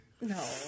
No